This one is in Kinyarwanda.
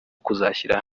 kuzashyira